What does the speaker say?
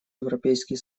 европейский